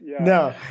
No